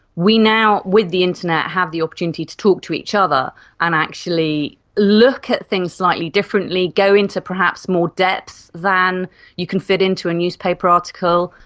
we now, with the internet, have the opportunity to talk to each other and actually look at things slightly differently, go into perhaps more depth than you can fit into a newspaper article.